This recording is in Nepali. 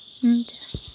हुन्छ